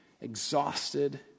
exhausted